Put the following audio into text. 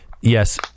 Yes